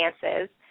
dances